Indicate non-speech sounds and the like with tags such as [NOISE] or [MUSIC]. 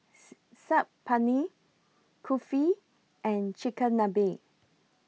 [NOISE] Saag Paneer Kulfi and Chigenabe